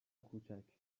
کوچک